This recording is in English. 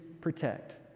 protect